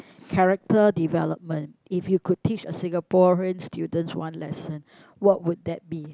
character development if you could teach a Singaporean students one lesson what would that be